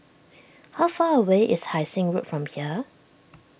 how far away is Hai Sing Road from here